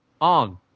on